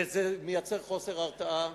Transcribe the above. וזה מייצר חוסר הרתעה.